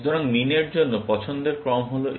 সুতরাং মিন এর জন্য পছন্দের ক্রম হল এই